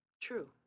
True